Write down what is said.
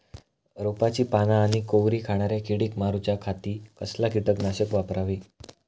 रोपाची पाना आनी कोवरी खाणाऱ्या किडीक मारूच्या खाती कसला किटकनाशक वापरावे?